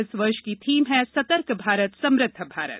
इस वर्ष की थीम है सतर्क भारत समृद्ध भारत